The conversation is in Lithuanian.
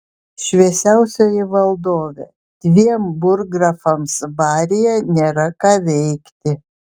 šviesiausioji valdove dviem burggrafams baryje nėra ką veikti